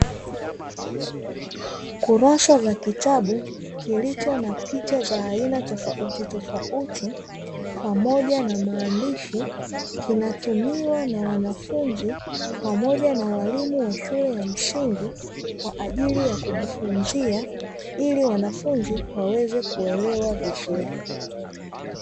Kurasa za kitabu kilicho na picha za aina tofautitofauti pamoja na maandishi. Kinatumiwa na wanafunzi pamoja na walimu wa shule ya msingi, kwa ajili ya kujifunzia ili wanafunzi waweze kuelewa vizuri.